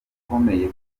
akomeye